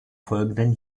folgenden